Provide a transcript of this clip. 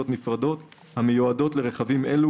רכיבים ויחידות טכניות נפרדות המיועדות לרכבים אלו,